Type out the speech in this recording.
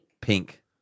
pink